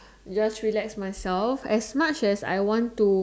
just relax myself as much as I want to